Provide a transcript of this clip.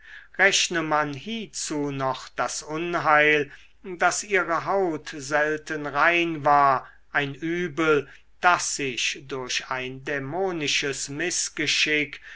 rechne man hiezu noch das unheil daß ihre haut selten rein war ein übel das sich durch ein dämonisches mißgeschick